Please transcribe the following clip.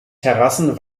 terrassen